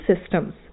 systems